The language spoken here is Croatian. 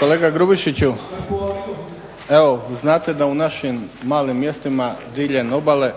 Kolega Grubišiću evo znate da u našim malim mjestima diljem obale